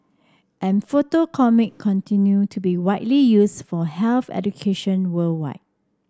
and photo comic continue to be widely used for health education worldwide